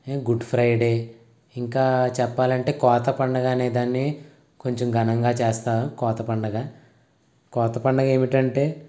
good Friday ఇంకా చెప్పాలంటే కోత పండుగానే దాన్ని కొంచెం ఘనంగా చేస్తా కోత పండుగ కోత పండగేమిటంటే